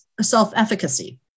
self-efficacy